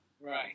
Right